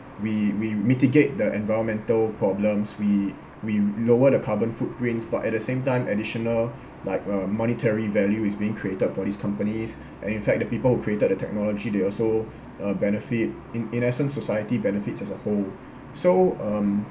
we we mitigate the environmental problems we we lower the carbon footprints but at the same time additional like uh monetary value is being created for these companies and in fact the people who created the technology they also uh benefit in in essence society benefits as a whole so um